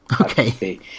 Okay